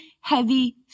heavy